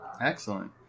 Excellent